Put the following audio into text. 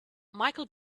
michael